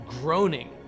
groaning